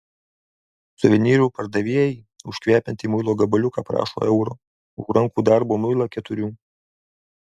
suvenyrų pardavėjai už kvepiantį muilo gabaliuką prašo euro už rankų darbo muilą keturių